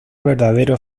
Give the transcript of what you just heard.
verdadero